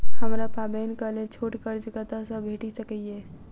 हमरा पाबैनक लेल छोट कर्ज कतऽ सँ भेटि सकैये?